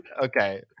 okay